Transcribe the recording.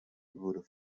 wurde